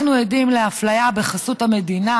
אנחנו עדים לאפליה בחסות המדינה,